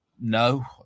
No